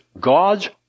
God's